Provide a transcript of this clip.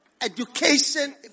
education